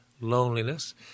loneliness